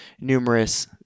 numerous